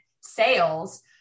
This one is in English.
sales